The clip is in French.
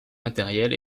matériel